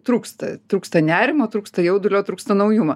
trūksta trūksta nerimo trūksta jaudulio trūksta naujumo